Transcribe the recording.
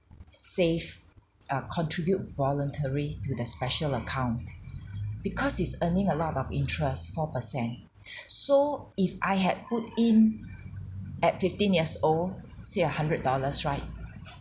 save uh contribute voluntary to the special account because it's earning a lot of interest four per cent so if I had put in at fifteen years old save a hundred dollars right